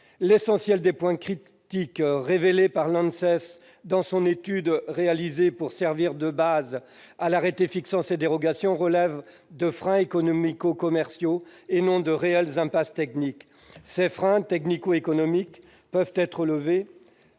l'essentiel, les points critiques révélés par l'ANSES dans son étude réalisée pour servir de base à l'arrêté fixant ces dérogations relèvent de freins économico-commerciaux, et non de réelles impasses techniques. Ces freins peuvent être levés